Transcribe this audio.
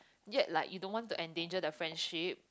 yet like you don't want to endanger the friendship